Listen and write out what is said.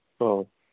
ꯑꯧ